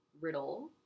Riddle